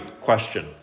question